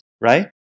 right